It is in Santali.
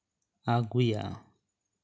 ᱟᱜᱩᱭᱟ